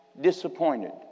disappointed